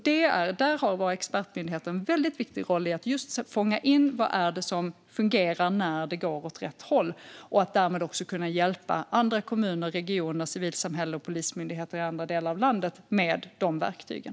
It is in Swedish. Där har våra expertmyndigheter en viktig roll i att fånga in vad som fungerar när det går åt rätt håll. Därmed kan andra kommuner, regioner, civilsamhälle och polismyndigheter i andra delar av landet få hjälp av de verktygen.